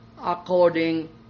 according